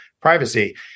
privacy